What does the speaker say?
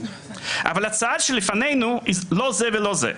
אבל ההצעה שלפנינו היא לא זה ולא זה.